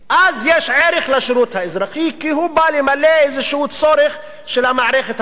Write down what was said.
אז יש ערך לשירות האזרחי כי הוא בא למלא איזה צורך של המערכת הביטחונית.